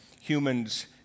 humans